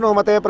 mother but